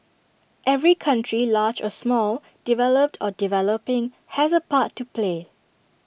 every country large or small developed or developing has A part to play